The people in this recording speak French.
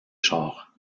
chars